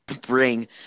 bring